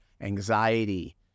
anxiety